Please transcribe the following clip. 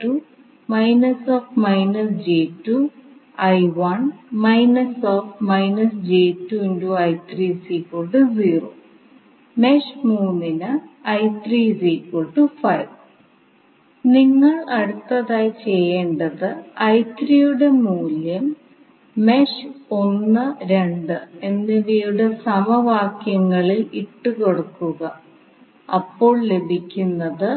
mesh 3 ന് നിങ്ങൾ അടുത്തതായി ചെയ്യേണ്ടത് I3 യുടെ മൂല്യം മെഷ് 1 2 എന്നിവയുടെ സമവാക്യങ്ങളിൽ ഇട്ടു കൊടുക്കുക അപ്പോൾ ലഭിക്കുന്നത്